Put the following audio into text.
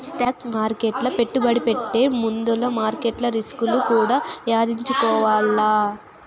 stock మార్కెట్ల పెట్టుబడి పెట్టే ముందుల మార్కెట్ల రిస్కులు కూడా యాదించుకోవాల్ల